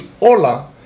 ola